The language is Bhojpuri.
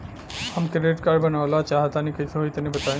हम क्रेडिट कार्ड बनवावल चाह तनि कइसे होई तनि बताई?